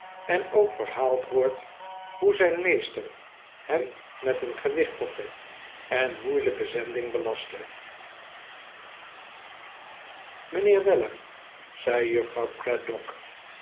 en ook verhaald wordt hoe zijn meester hem met een gewichtige en moeilijke zending belastte mijnheer weller zei juffrouw craddock